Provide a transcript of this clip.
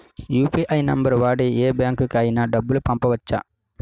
UPI number వాడి యే బ్యాంకుకి అయినా డబ్బులు పంపవచ్చ్చా?